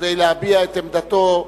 כדי להביע את עמדתו.